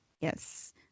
yes